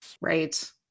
Right